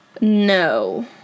No